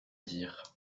dires